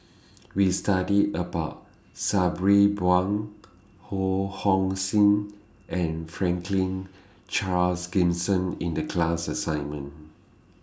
We studied about Sabri Buang Ho Hong Sing and Franklin Charles Gimson in The class assignment